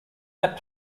that